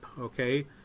Okay